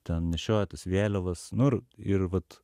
ten nešioja tas vėliavas nu ir ir vat